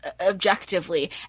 objectively